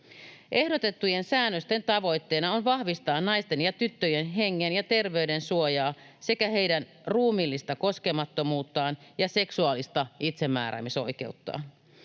Ehdotettujen säännösten tavoitteena on vahvistaa naisten ja tyttöjen hengen ja terveyden suojaa sekä heidän ruumiillista koskemattomuuttaan ja seksuaalista itsemääräämisoikeuttaan.